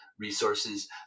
Resources